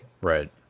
right